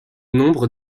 nombre